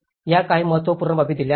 या काही महत्त्वपूर्ण बाबी दिल्या आहेत